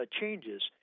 changes